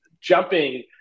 jumping